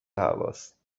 هواست